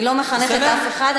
אני לא מחנכת אף אחד,